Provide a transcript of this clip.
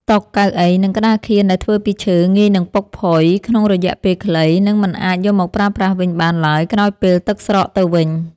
តុ កៅអី និងក្តារខៀនដែលធ្វើពីឈើ ងាយនឹងពុកផុយក្នុងរយៈពេលខ្លី និង មិនអាចយកមកប្រើប្រាស់វិញបានឡើយក្រោយពេលទឹកស្រកទៅវិញ។